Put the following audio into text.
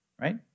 right